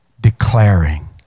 declaring